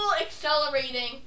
accelerating